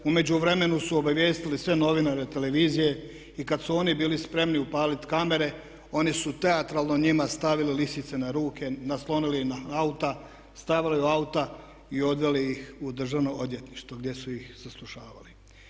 U međuvremenu su obavijestili sve novinare, televizije i kad su oni bili spremni upaliti kamere oni su teatralno njima stavili lisice na ruke, naslonili ih na auta, stavili u auta i odveli ih u Državno odvjetništvo gdje su ih saslušavali.